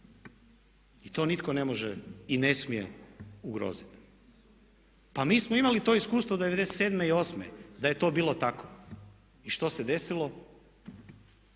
I to nitko ne može i ne smije ugroziti. Pa mi smo imali to iskustvo '97. i '98. da je to bilo tako. I što se desilo?